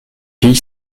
fille